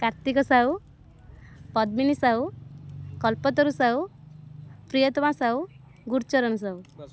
Kartik Sahu Padmini Sahu Kalpataru Sahu Priyatama Sahu Gurucharan Sahu